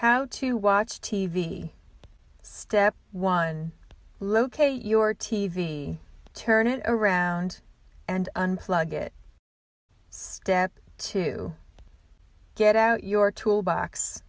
how to watch t v step one locate your t v turn it around and unplug it step two get out your tool box